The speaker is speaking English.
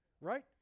right